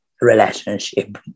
relationship